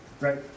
Right